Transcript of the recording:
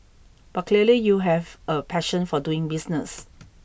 but clearly you have a passion for doing business